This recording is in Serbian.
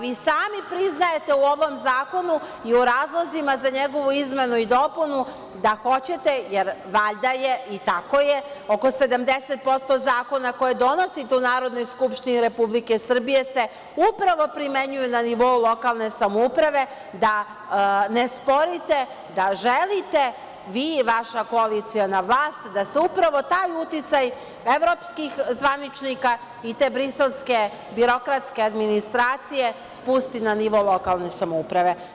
Vi sam priznajete u ovom zakonu i u razlozima za njegovu izmenu i dopunu da hoćete jer valjda je, i tako je, oko 70% zakona koje donosite u Narodnoj skupštini Republike Srbije se upravo primenjuju na nivou lokalne samouprave, da ne sporite da želite vi i vaša koaliciona vlast da se upravo taj uticaj evropskih zvaničnika i te briselske birokratske administracije spusti na nivo lokalne samouprave.